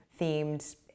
themed